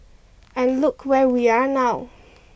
and look where we are now